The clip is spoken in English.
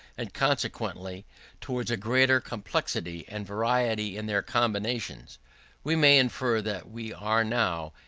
and consequently towards a greater complexity and variety in their combinations we may infer that we are now,